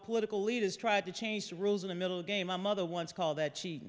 political leaders tried to change the rules in the middle game my mother once called that she